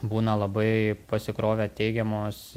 būna labai pasikrovę teigiamos